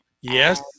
Yes